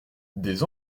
des